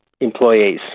employees